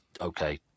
okay